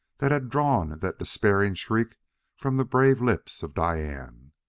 that had drawn that despairing shriek from the brave lips of diane.